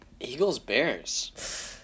Eagles-Bears